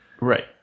Right